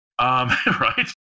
right